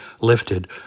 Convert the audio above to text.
lifted